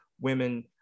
women